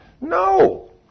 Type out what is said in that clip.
No